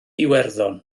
iwerddon